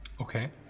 Okay